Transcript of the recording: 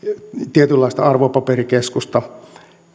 tietynlaista arvopaperikeskusta